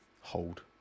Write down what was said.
Hold